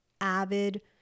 avid